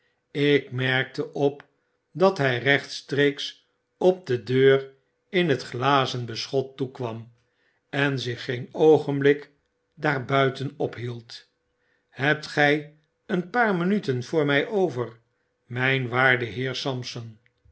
ik merkte op dat hg rechtstreeks op de deur in het glazen beschot toekwam en zich geen oogenblik daar buiten ophield hebt gg een paar minuten voor mg over mgn waarde heer sampson